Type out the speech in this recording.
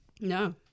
No